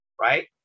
right